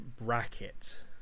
bracket